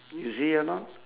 you see or not